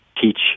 teach